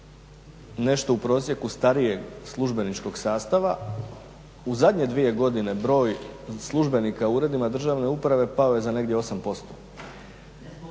nešto u prosjeku starijeg službeničkog sastava u zadnje dvije godine broj službenika u uredima državne uprave pao je za negdje 8%,